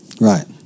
Right